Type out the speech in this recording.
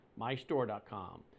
MyStore.com